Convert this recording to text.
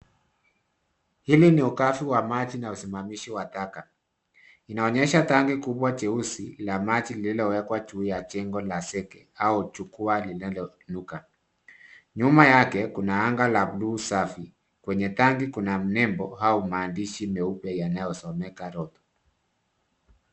Hili ni ukavu wa maji na usimamizi wa taka. Inaonyesha tangi kubwa jeusi la maji, lililowekwa juu ya jengo la sege au jukwaa linaloinuka. Nyuma yake kuna anga la blue safi, kwenye tangi kuna nebo au maandishi meupe, yanayosomeka, Lotto.